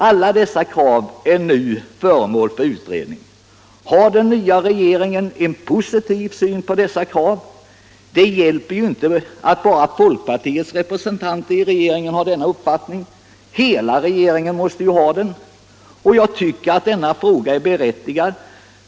Alla dessa krav är nu föremål för utredning. Har den nya regeringen en positiv syn på dessa krav? Det hjälper inte att folkpartiets representanter i regeringen har denna uppfattning. Hela regeringen måste ju ha den. Jag tycker att frågan är berättigad.